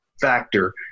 factor